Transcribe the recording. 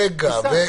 רגע.